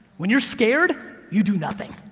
when you're scared, you do nothing.